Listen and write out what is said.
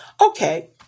Okay